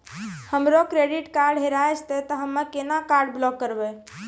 हमरो credit card हेरा जेतै ते हम्मय केना कार्ड ब्लॉक करबै?